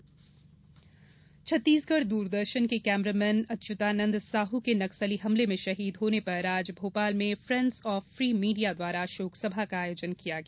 नक्सली हमला छत्तीसगढ़ दूरदर्शन के कैमरामैन अच्युतानंद साहू के नक्सली हमले में शहीद होने पर आज भोपाल में फेंड्स ऑफ फ्री मीडिया द्वारा शोक सभा का आयोजन किया गया